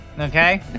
Okay